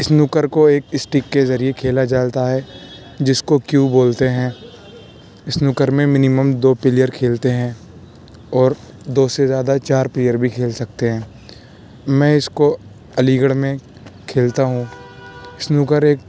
snooker کو ایک stick کے ذریعے کھیلا جاتا ہے جس کو کیو بولتے ہیں اسنوکر میں منیمم دو پلیئر کھیلتے ہیں اور دو سے زیادہ چار پلیئر بھی کھیل سکتے ہیں میں اس کو علی گڑھ میں کھیلتا ہوں اسنوکر ایک